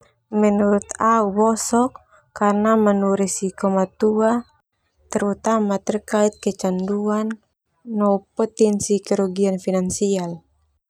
Menurut au bosok karna nanu resiko matua terutama terkait kecanduan no potensi kerugian finansial.